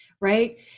Right